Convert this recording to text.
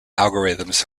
algorithms